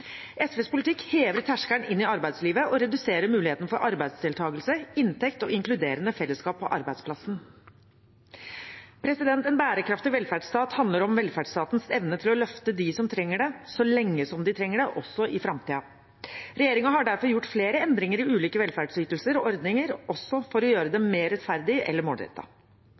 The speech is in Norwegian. SVs politikk hever terskelen inn i arbeidslivet og reduserer muligheten for arbeidsdeltakelse, inntekt og inkluderende fellesskap på arbeidsplassen. En bærekraftig velferdsstat handler om velferdsstatens evne til å løfte dem som trenger det, så lenge de trenger det, også i framtiden. Regjeringen har derfor gjort flere endringer i ulike velferdsytelser og -ordninger, også for å gjøre dem mer rettferdige eller